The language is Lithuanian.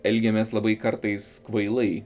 elgiamės labai kartais kvailai